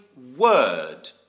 word